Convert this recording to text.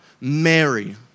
Mary